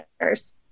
others